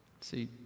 See